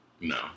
No